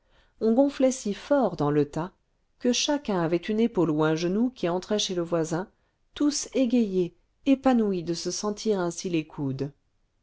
on gonflait si fort dans le tas que chacun avait une épaule ou un genou qui entrait chez le voisin tous égayés épanouis de se sentir ainsi les coudes